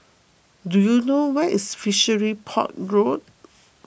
do you know where is Fishery Port Road